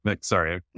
sorry